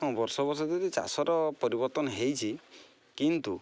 ହଁ ବର୍ଷ ବର୍ଷ ଯଦି ଚାଷର ପରିବର୍ତ୍ତନ ହେଇଛି କିନ୍ତୁ